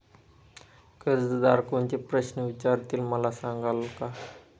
कर्जदार कोणते प्रश्न विचारतील, मला सांगाल का?